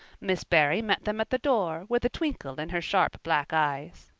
miss barry met them at the door with a twinkle in her sharp black eyes.